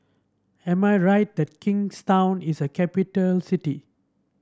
am I right that Kingstown is a capital city